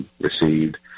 received